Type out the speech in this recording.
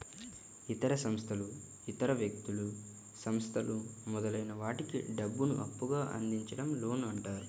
ఇతర సంస్థలు ఇతర వ్యక్తులు, సంస్థలు మొదలైన వాటికి డబ్బును అప్పుగా అందించడం లోన్ అంటారు